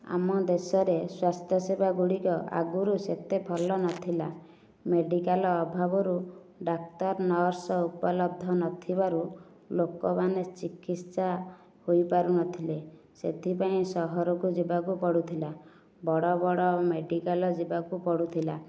ଆମ ଦେଶରେ ସ୍ୱାସ୍ଥ୍ୟସେବା ଗୁଡ଼ିକ ଆଗରୁ ସେତେ ଭଲ ନଥିଲା ମେଡ଼ିକାଲ ଅଭାବରୁ ଡାକ୍ତର ନର୍ସ ଉପଲବ୍ଧ ନଥିବାରୁ ଲୋକମାନେ ଚିକିତ୍ସା ହୋଇପାରୁନଥିଲେ ସେଥିପାଇଁ ସହରକୁ ଯିବାକୁ ପଡ଼ୁଥିଲା ବଡ଼ ବଡ଼ ମେଡ଼ିକାଲ ଯିବାକୁ ପଡ଼ୁଥିଲା